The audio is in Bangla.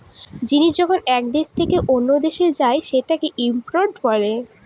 জিনিস যখন এক দেশ থেকে অন্য দেশে যায় সেটাকে ইম্পোর্ট বলে